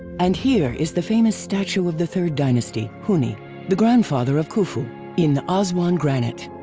and here is the famous statue of the third dynasty huni the grandfather of khufu in aswan granite,